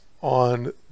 on